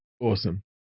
awesome